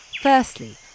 Firstly